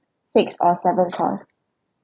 six or seven course